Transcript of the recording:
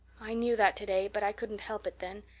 i knew that today, but i couldn't help it then.